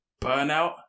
burnout